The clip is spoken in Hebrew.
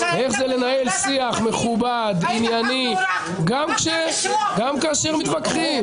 איך זה לנהל שיח מכובד, ענייני, גם כאשר מתווכחים.